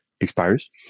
expires